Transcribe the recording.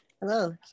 Hello